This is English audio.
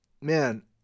man